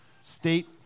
state